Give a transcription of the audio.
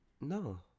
No